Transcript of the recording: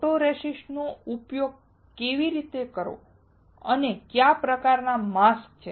photoresist નો ઉપયોગ કેવી રીતે કરવો અને કયા પ્રકારનાં માસ્ક છે